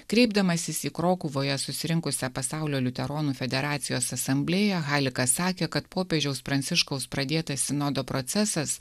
kreipdamasis į krokuvoje susirinkusią pasaulio liuteronų federacijos asamblėją halikas sakė kad popiežiaus pranciškaus pradėtas sinodo procesas